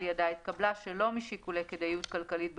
ידה התקבלה שלא משיקולי כדאיות כלכלית בפריסה,